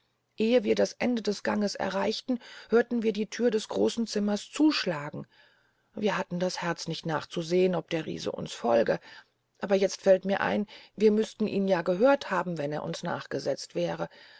ehe wir das ende des ganges erreichten hörten wir die thür des großen zimmers zuschlagen wir hatten das herz nicht umzusehn ob der riese uns folge aber jetzt fällt mir ein wir müsten ihn ja gehört haben wenn er uns nachgesetzt wäre